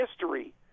history